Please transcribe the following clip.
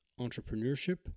entrepreneurship